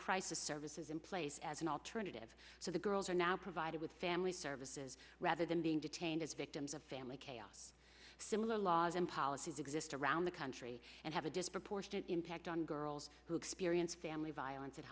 crisis services in place as an alternative so the girls are now provided with family services rather than being detained as victims of family chaos similar laws and policies exist around the country and have a disproportionate impact on girls who experience family violence a